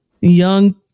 young